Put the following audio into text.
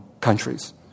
countries